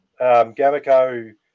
Gamaco